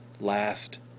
last